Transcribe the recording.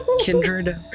kindred